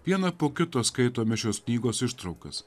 vieną po kito skaitome šios knygos ištraukas